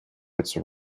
which